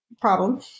problem